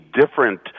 different